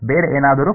ಬೇರೆ ಏನಾದರೂ